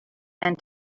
and